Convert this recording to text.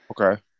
Okay